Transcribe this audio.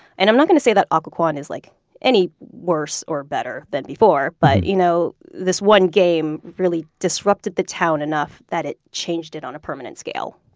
and i'm not going to say that occoquan is like any worse or better than before, but you know this one game really disrupted the town enough that it changed it on a permanent scale